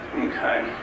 Okay